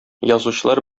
язучылар